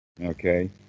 okay